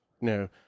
No